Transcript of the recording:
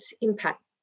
impact